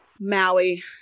Maui